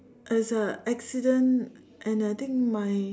it's a accident and I think my